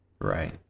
Right